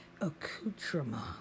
Accoutrement